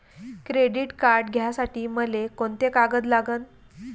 Credit card घ्यासाठी मले कोंते कागद लागन?